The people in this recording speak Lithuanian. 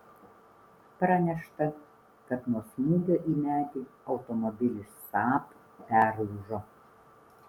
pranešta kad nuo smūgio į medį automobilis saab perlūžo